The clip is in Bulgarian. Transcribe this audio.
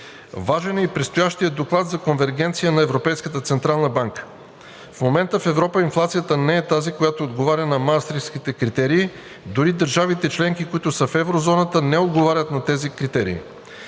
Важен е и предстоящият доклад за конвергенция на Европейската централна банка. В момента в Европа инфлацията не е тази, която отговаря на Маастрихтските критерии. Дори държавите членки, които са в Еврозоната, не отговарят на тези критерии.